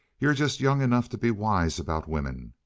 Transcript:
you're just young enough to be wise about women.